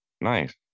nice